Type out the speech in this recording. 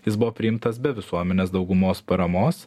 jis buvo priimtas be visuomenės daugumos paramos